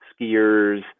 skiers